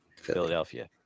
Philadelphia